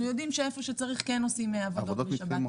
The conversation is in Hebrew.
יודעים שאיפה שצריך כן עושים עבודות בשבת.